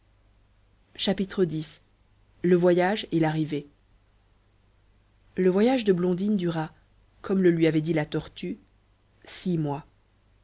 x le voyage et l'arrivée le voyage de blondine dura comme le lui avait dit la tortue six mois